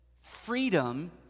freedom